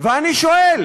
ואני שואל: